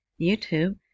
YouTube